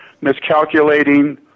miscalculating